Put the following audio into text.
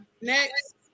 Next